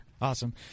Awesome